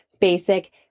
basic